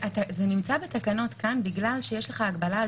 זה נמצא בתקנות כאן בגלל שיש לך הגבלה על